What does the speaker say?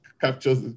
captures